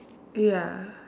ya